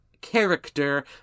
character